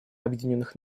объединенных